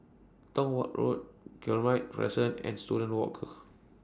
Tong Watt Road Guillemard Crescent and Student Walk